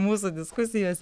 mūsų diskusijos